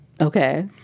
Okay